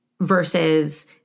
versus